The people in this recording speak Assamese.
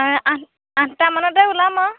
আঠটামানতে ওলাম আৰু